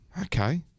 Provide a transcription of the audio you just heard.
Okay